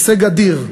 הישג אדיר.